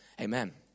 amen